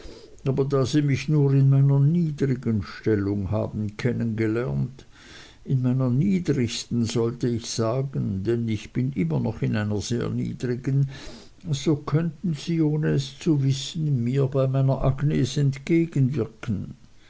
aber da sie mich nur in meiner niedrigen stellung haben kennen gelernt in meiner niedrigsten sollte ich sagen denn ich bin immer noch in einer sehr niedrigen so könnten sie ohne es zu wissen mir bei meiner agnes entgegenwirken